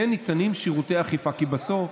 כן ניתנים שירותי אכיפה, כי בסוף